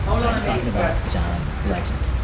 i am talking about john legend.